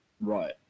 Right